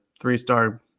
three-star